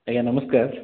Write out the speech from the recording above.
ଆଜ୍ଞା ନମସ୍କାର୍